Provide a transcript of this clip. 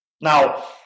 Now